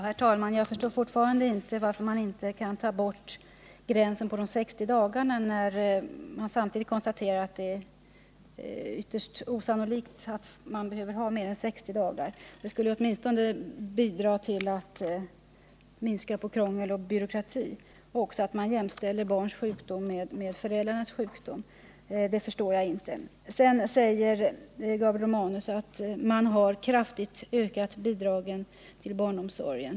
Herr talman! Jag förstår fortfarande inte varför man inte kan ta bort gränsen vid 60 dagar, när man samtidigt konstaterar att det är ytterst osannolikt att någon behöver ha mer än 60 dagars ledighet. Det skulle åtminstone bidra till att minska krångel och byråkrati och det skulle också bidra till att man jämställer barnens sjukdom med föräldrarnas sjukdom. Sedan säger Gabriel Romanus att man har kraftigt ökat bidragen till barnomsorgen.